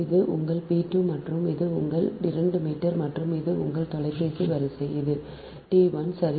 இது உங்கள் P 2 மற்றும் இது உங்கள் 2 மீட்டர் மற்றும் இது உங்கள் தொலைபேசி வரிசை ஒன்று இது T 1 சரி